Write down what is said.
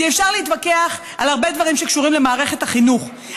כי אפשר להתווכח על הרבה דברים שקשורים למערכת החינוך,